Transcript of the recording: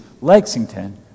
Lexington